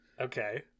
okay